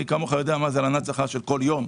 מי כמוך יותר מה זה הלנת שכר של כל יום.